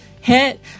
hit